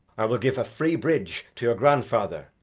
i will give a free bridge to your grandfather,